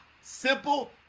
Simple